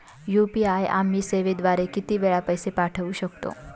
UPI आम्ही सेवेद्वारे किती वेळा पैसे पाठवू शकतो?